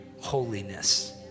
holiness